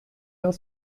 aus